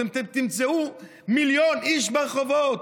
אתם תמצאו מיליון איש ברחובות,